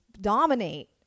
dominate